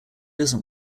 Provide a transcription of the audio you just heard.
isn’t